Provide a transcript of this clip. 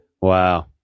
Wow